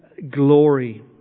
glory